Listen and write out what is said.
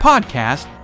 podcast